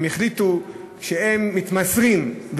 הם החליטו שהם מתמסרים,